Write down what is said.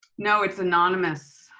no, it's anonymous.